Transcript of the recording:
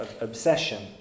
obsession